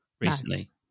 recently